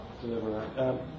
deliver